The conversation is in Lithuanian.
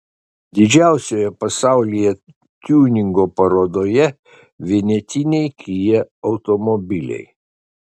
didžiausioje pasaulyje tiuningo parodoje vienetiniai kia automobiliai